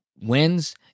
wins